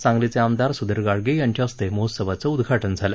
सांगलीचे आमदार सुधीर गाडगीळ यांच्या हस्ते महोत्सवाचं उद्घाटन झालं